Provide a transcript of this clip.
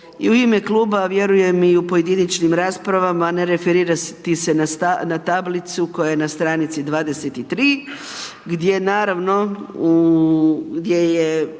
i u ime kluba, a vjerujem i u pojedinačnim raspravama, ne referirati se na tablicu koja je na str. 23 gdje naravno